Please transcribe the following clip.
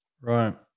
Right